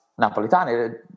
Napolitani